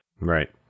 Right